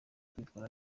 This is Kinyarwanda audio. kwitwara